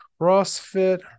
CrossFit